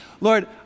Lord